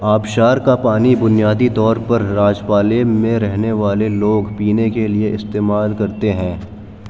آبشار کا پانی بنیادی طور پر راجپالیم میں رہنے والے لوگ پینے کے لئے استعمال کرتے ہیں